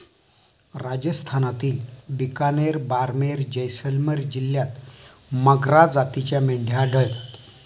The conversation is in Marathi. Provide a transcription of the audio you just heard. राजस्थानातील बिकानेर, बारमेर, जैसलमेर जिल्ह्यांत मगरा जातीच्या मेंढ्या आढळतात